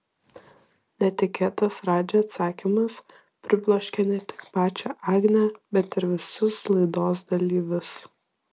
netikėtas radži atsakymas pribloškė ne tik pačią agnę bet ir visus laidos dalyvius